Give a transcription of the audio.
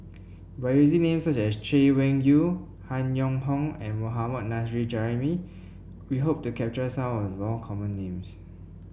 by using names such as Chay Weng Yew Han Yong Hong and Mohammad Nurrasyid Juraimi we hope to capture some of the common names